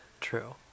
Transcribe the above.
True